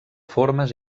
formes